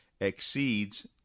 exceeds